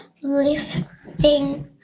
lifting